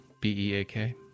b-e-a-k